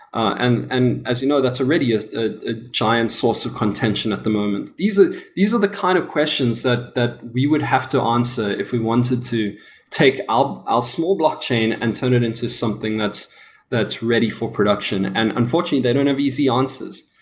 and and as you know, that's already ah a giant source of contention at the moment these ah these are the kind of questions that that we would have to answer if we wanted to take out our small blockchain and turn it into something that's that's ready for production. and unfortunately, they don't have easy answers.